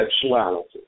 sexuality